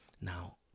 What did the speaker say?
Now